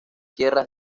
sierras